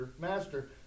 master